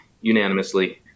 unanimously